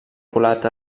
colat